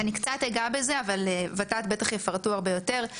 אז אני קצת אגע בזה אבל ות"ת בטח יפרטו הרבה יותר.